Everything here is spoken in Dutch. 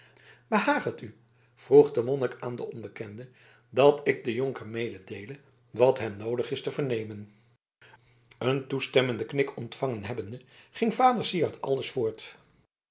behaagt het u vroeg de monnik aan den onbekende dat ik den jonker mededeele wat hem noodig is te vernemen een toestemmenden knik ontvangen hebbende ging vader syard aldus voort